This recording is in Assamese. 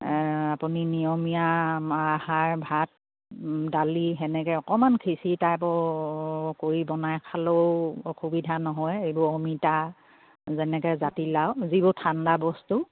আপুনি নিয়মীয়া আহাৰ ভাত দালি সেনেকে অকমান খিচিৰি টাইপৰ কৰি বনাই খালেও অসুবিধা নহয় এইবোৰ অমিতা যেনেকে জাতিলাও যিবোৰ ঠাণ্ডা বস্তু